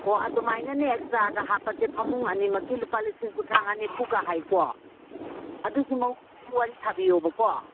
ꯑꯣ ꯑꯗꯨꯃꯥꯏꯅꯅꯦ ꯑꯦꯛꯁꯇ꯭ꯔꯥꯒ ꯍꯥꯞꯄꯁꯦ ꯐꯃꯨꯡ ꯑꯅꯤꯃꯛꯀꯤ ꯂꯨꯄꯥ ꯂꯤꯁꯤꯡ ꯀꯨꯟꯊ꯭ꯔꯥ ꯃꯉꯥ ꯅꯤꯐꯨꯒ ꯍꯥꯏꯀꯣ ꯑꯗꯨꯁꯨ ꯃꯉꯣꯟꯗ ꯑꯃꯨꯛ ꯋꯥꯔꯤ ꯁꯥꯕꯤꯌꯣꯕꯀꯣ